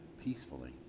peacefully